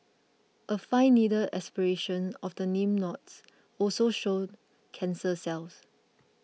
a fine needle aspiration of the lymph nodes also showed cancer cells